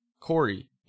Corey